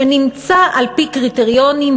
שנמצא על-פי קריטריונים,